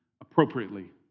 appropriately